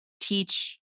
teach